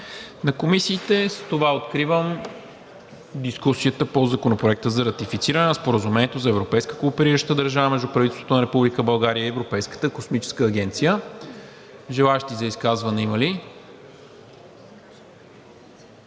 на комисиите. Затова откривам дискусията по Законопроекта за ратифициране на Споразумението за европейска кооперираща държава между правителството на Република България и Европейската космическа агенция. Желаещи за изказване има ли?